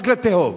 רק לתהום.